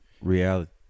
Reality